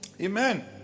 amen